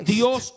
Dios